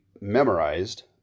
memorized